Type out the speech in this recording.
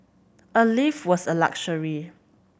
a lift was a luxury